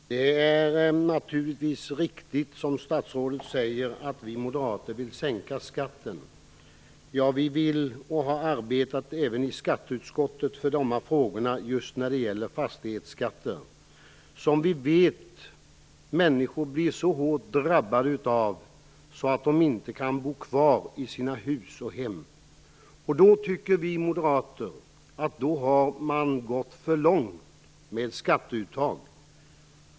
Fru talman! Det är naturligtvis riktigt, som statsrådet säger, att vi moderater vill sänka skatten. Ja, och vi har även i skatteutskottet arbetat för detta, just när det gäller fastighetsskatten. Vi vet att människor blir så hårt drabbade att de inte kan bo kvar i sina hus och hem. Då tycker vi moderater att man har gått för långt med skatteuttaget.